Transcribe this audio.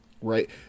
Right